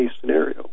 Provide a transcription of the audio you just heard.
scenario